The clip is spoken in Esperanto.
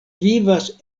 vivas